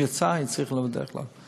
אם יצא, אני צריך לדווח לך.